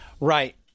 Right